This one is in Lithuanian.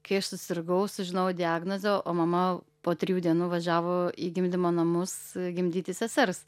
kai aš susirgau sužinojau diagnozę o mama po trijų dienų važiavo į gimdymo namus gimdyti sesers